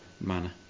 manner